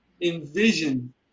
envision